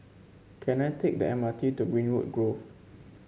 can I take the M R T to Greenwood Grove